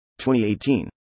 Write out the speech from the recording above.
2018